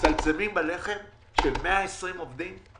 מצמצמים בלחם של 120 עובדים?